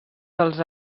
dels